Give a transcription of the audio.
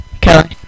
Kelly